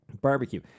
barbecue